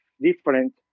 different